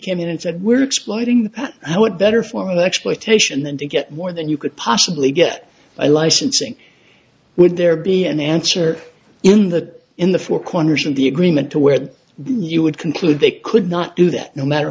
came in and said we're exploiting that what better formal exploitation than to get more than you could possibly get by licensing would there be an answer in that in the four corners of the agreement to where you would conclude they could not do that no matter